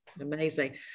amazing